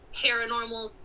paranormal